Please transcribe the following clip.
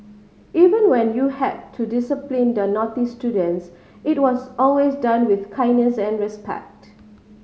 even when you had to discipline the naughty students it was always done with kindness and respect